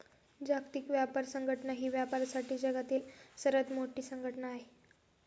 जागतिक व्यापार संघटना ही व्यापारासाठी जगातील सर्वात मोठी संघटना आहे